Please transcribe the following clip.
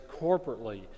corporately